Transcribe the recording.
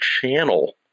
channel